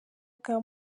bwa